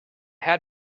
had